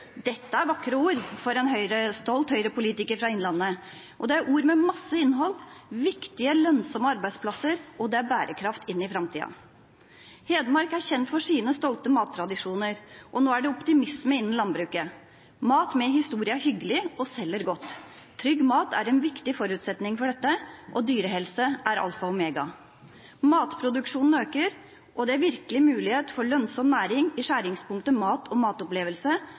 Dette er vakre ord for en stolt Høyre-politiker fra Innlandet, og det er ord med masse innhold, viktige, lønnsomme arbeidsplasser, og det er bærekraft inn i framtiden. Hedmark er kjent for sine stolte mattradisjoner, og nå er det optimisme innen landbruket. Mat med historie er hyggelig og selger godt. Trygg mat er en viktig forutsetning for dette, og dyrehelse er alfa og omega. Matproduksjonen øker, og det er virkelig mulighet for lønnsom næring i skjæringspunktet mat og matopplevelse,